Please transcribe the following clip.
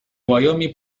wyoming